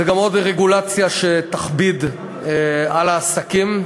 זה גם עוד רגולציה שתכביד על העסקים.